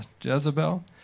Jezebel